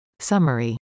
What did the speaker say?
Summary